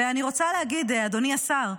ואני רוצה להגיד, אדוני השר: